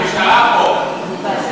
המשטרה פה.